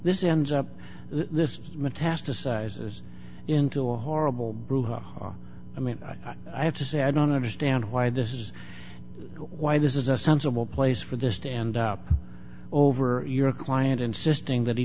this is ends up this metastasizes into a horrible brouhaha i mean i have to say i don't understand why this is why this is a sensible place for this to end up over your client insisting that he